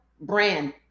brand